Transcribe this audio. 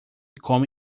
come